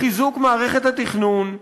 בחיזוק מערכת התכנון?